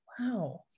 wow